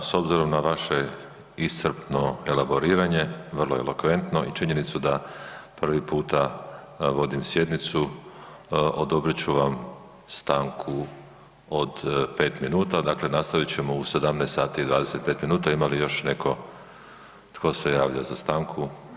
S obzirom na vaše iscrpno elaboriranje, vrlo elokventno i činjenicu da prvi puta vodim sjednicu, odobrit ću vam stanku od 5 min, dakle nastavit ćemo u 17 sati i 25 minuta, ima li još netko tko se javlja za stanku?